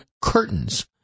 curtains